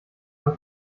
war